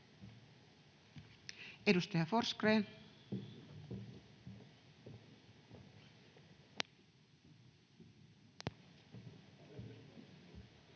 Edustaja Forsgrén.